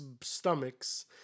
stomachs